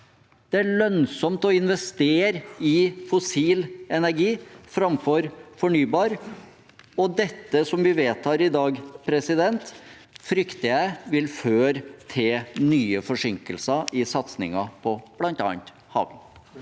det lønnsomt å investere i fossil energi framfor fornybar, og det som blir vedtatt i dag, frykter jeg vil føre til nye forsinkelser i satsingen på bl.a. havvind.